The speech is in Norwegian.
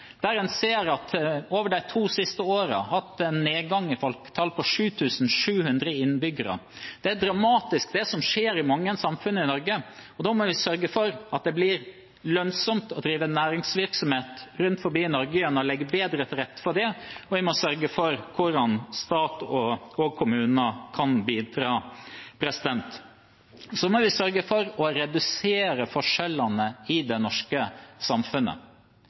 der en ser at en de to siste årene har hatt nedgang i folketallet på 7 700 innbyggere. Det er dramatisk det som skjer i mange samfunn i Norge, og da må vi sørge for at det blir lønnsomt å drive næringsvirksomhet rundt omkring i Norge gjennom å legge bedre til rette for det, og vi må sørge for at stat og kommune kan bidra. Så må vi sørge for å redusere forskjellene i det norske samfunnet